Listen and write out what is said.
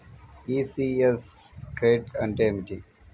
ECS credit అంటే ఏమిటి?